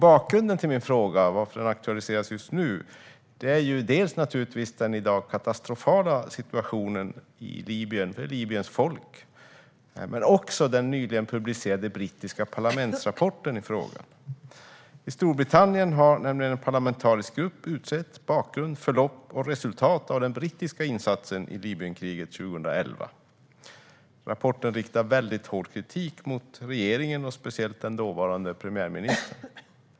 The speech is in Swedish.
Bakgrunden till att min fråga aktualiseras just nu är dels den i dag katastrofala situationen för Libyens folk, dels den nyligen publicerade brittiska parlamentsrapporten i frågan. I Storbritannien har en parlamentarisk grupp utrett bakgrund, förlopp och resultat av den brittiska insatsen i Libyenkriget 2011. Rapporten riktar mycket hård kritik mot regeringen och speciellt den dåvarande premiärministern.